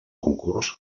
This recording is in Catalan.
concurs